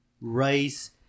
rice